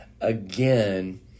Again